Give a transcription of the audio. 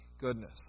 goodness